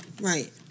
Right